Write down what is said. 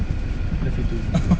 love you too